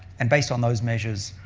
and based on those measures,